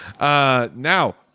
Now